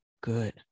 Good